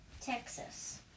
Texas